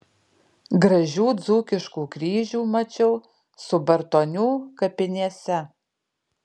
gražių dzūkiškų kryžių mačiau subartonių kapinėse